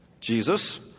Jesus